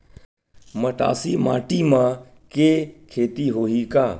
मटासी माटी म के खेती होही का?